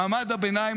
מעמד הביניים